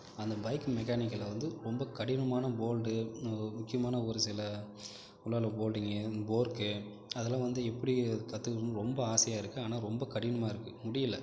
அந்த பைக் மெக்கானிக்கேள ரொம்ப கடினமான போல்டு முக்கியமான ஒரு சில உள்ளாற பொல்டிங் போர்க்கு அதெலாம் வந்து எப்படி கற்றுக்கணும்னு ரொம்ப ஆசையாக இருக்குது ஆனால் ரொம்ப கடினமா இருக்குது முடியல